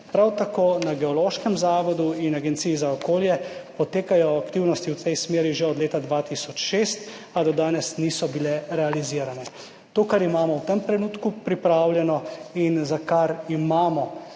Prav tako na Geološkem zavodu in Agenciji za okolje potekajo aktivnosti v tej smeri že od leta 2006, a do danes niso bile realizirane. To, kar imamo v tem trenutku pripravljeno in za kar imamo